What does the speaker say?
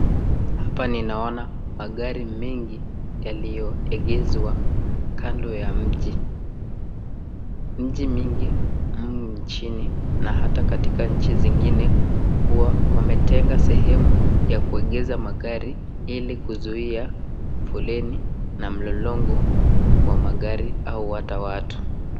Hapa ninaona magari mengi yaliyo egezwa kando ya mti. Miji mingi humu nchini na hata katika nchi zingine wametenga huwa wametenga sehemu ya kuegeza magari ili kuzuia foleni na mlolongo wa magari au hata watu